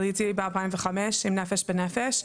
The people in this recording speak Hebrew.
עליתי ב-2005 עם 'נפש בנפש'.